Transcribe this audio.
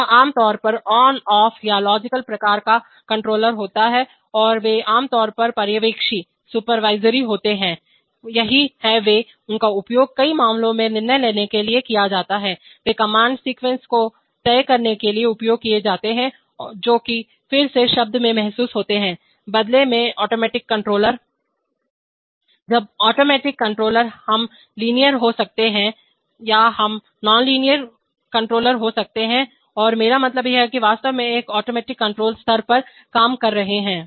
यह आम तौर पर ऑनऑफ या लॉजिकल प्रकार का कंट्रोलर होता है और वे आमतौर पर पर्यवेक्षी होते हैं यही वे हैं उनका उपयोग कई मामलों में निर्णय लेने के लिए किया जाता है वे कमांड सीक्वेंस को तय करने के लिए उपयोग किए जाते हैं जो कि फिर से शब्द में महसूस होते हैं बदले में ऑटोमेटिक कंट्रोलर जब ऑटोमेटिक कंट्रोलर लीनियर हो सकते हैं या नॉनलीनियर कंट्रोलर हो सकते हैं और मेरा मतलब है कि वास्तव में एक ऑटोमेटिक कंट्रोल स्तर पर काम कर रहे हैं